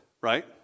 right